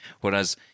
Whereas